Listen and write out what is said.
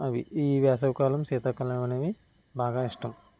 అవి ఈ వేసవికాలం శీతాకాలం అనేవి బాగా ఇష్టం